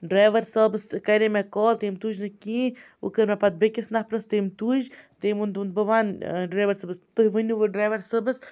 driver صٲبَس کَرے مےٚ کال تٔمۍ تُج نہٕ کِہیٖنۍ وٕ کٔر مےٚ پَتہٕ بیٚکِس نَفرَس تٔمۍ تُج تٔمۍ ووٚن دوٚپُن بہٕ وَنہٕ ڈرایور صٲبَس تُہۍ ؤنِو وٕ ڈرایوَر صٲبَس